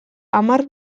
hamar